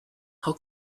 how